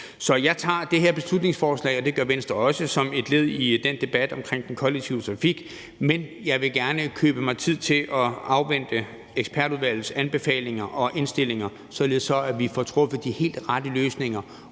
Så jeg tager det her beslutningsforslag, og det gør Venstre også, som en del af debatten omkring den kollektive trafik. Men jeg vil gerne købe mig tid til at afvente ekspertudvalgets anbefalinger og indstillinger, således at vi får truffet de helt rette løsninger,